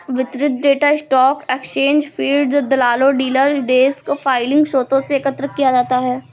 वितरित data stock exchange feed, दलालों, dealer desk filing स्रोतों से एकत्र किया जाता है